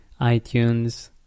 iTunes